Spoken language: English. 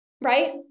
Right